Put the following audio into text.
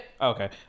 okay